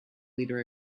leader